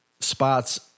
spots